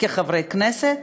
כחברי הכנסת.